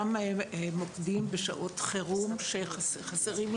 גם מוקדים בשעות חירום שחסרים,